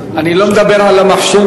אני לא מדבר על המחשב,